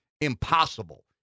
impossible